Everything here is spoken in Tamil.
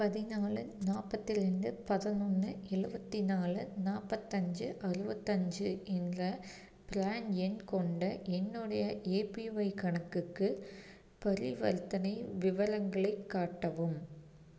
பதினாலு நாற்பத்தி ரெண்டு பதினொன்று எழுவத்தி நாலு நாற்பத்தஞ்சி அறுபத்தஞ்சி என்ற ப்ரான் எண் கொண்ட என்னுடைய ஏபிஒய் கணக்குக்கு பரிவர்த்தனை விவரங்களைக் காட்டவும்